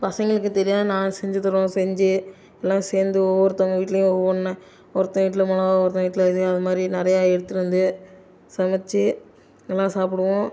பசங்களுக்கு தெரியாததை நான் செஞ்சுத் தருவேன் செஞ்சு எல்லாம் சேர்ந்து ஒவ்வொருத்தங்க வீட்லேயும் ஒவ்வொன்னாக ஒருத்தன் வீட்டில் மொளகா ஒருத்தன் வீட்டில் இது அதுமாதிரி நிறையா எடுத்துட்டு வந்து சமைச்சி எல்லாம் சாப்பிடுவோம்